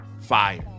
Fire